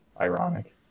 Ironic